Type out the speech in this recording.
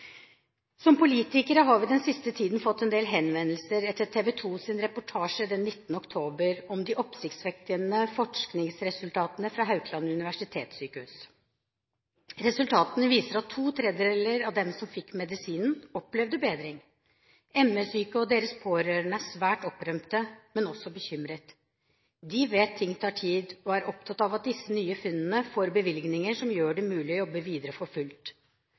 Som politikere har vi den siste tiden fått en del henvendelser etter TV 2s reportasje 19. oktober om de oppsiktsvekkende forskningsresultatene fra Haukeland universitetssjukehus. Resultatene viser at to tredeler av dem som fikk medisinen, opplevde bedring. ME-syke og deres pårørende er svært opprømte, men også bekymret. De vet at ting tak tid, og de er opptatt av at disse nye funnene får bevilgninger som gjør det mulig å jobbe videre for fullt.